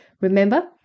remember